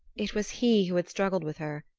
it was he who had struggled with her,